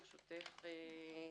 ברשותך,